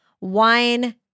wine